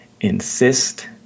insist